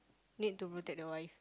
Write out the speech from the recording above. need to protect the wife